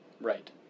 Right